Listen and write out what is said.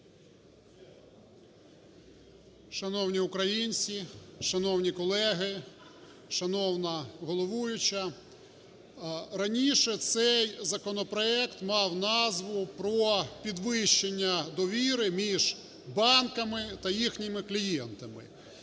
Шановні українці, шановні колеги, шановна головуюча! Раніше цей законопроект мав назву: про підвищення довіри між банками та їхніми клієнтами.